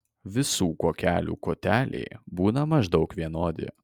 visų kuokelių koteliai būna maždaug vienodi